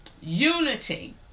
Unity